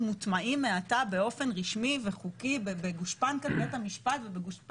השלכות סביבתיות ובריאותיות,